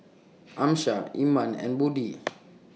Amsyar Iman and Budi